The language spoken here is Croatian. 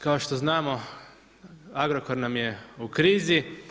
Kao što znamo Agrokor nam je u krizi.